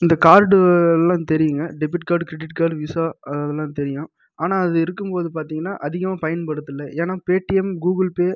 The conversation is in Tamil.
இந்த கார்டு எல்லாம் தெரியுங்க debit card credit card Visa அதெல்லாம் தெரியும் ஆனால் அது இருக்கும்போது பார்த்திங்கன்னா அதிகமாக பயன்படுத்தலை ஏன்னால் பேடிஎம் கூகுள் பே